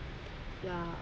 ya